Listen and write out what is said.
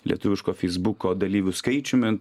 lietuviško feisbuko dalyvių skaičiumi